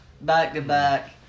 back-to-back